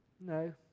No